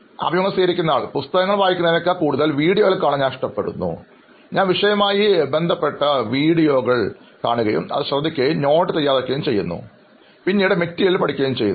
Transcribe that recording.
അഭിമുഖം സ്വീകരിക്കുന്നയാൾ പുസ്തകങ്ങൾ വായിക്കുന്നതിനേക്കാൾ കൂടുതൽ വീഡിയോകൾ കാണാൻ ഞാൻ ആഗ്രഹിക്കുന്നു അതിനാൽ ഞാൻ വിഷയവുമായി ബന്ധപ്പെട്ട വീഡിയോകൾ കാണുകയും അത് ശ്രദ്ധിക്കുകയും കുറിപ്പുകൾ തയ്യാറാക്കുകയും ചെയ്യുന്നു ശേഷം മെറ്റീരിയൽ പഠിക്കുകയും ചെയ്യും